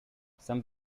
some